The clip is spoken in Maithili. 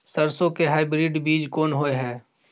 सरसो के हाइब्रिड बीज कोन होय है?